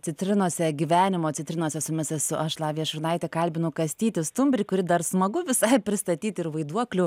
citrinose gyvenimo citrinose su jumis esu aš lavija šurnaitė kalbinu kastytį stumbrį kuri dar smagu visai pristatyt ir vaiduokliu